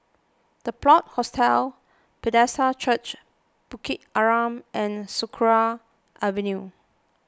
the Plot Hostels Bethesda Church Bukit Arang and Sakra Avenue